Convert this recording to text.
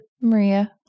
Maria